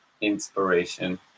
Inspiration